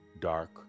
dark